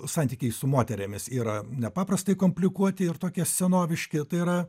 santykiai su moterimis yra nepaprastai komplikuoti ir tokie senoviški tai yra